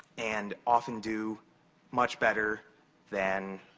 and often do much better than